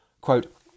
Quote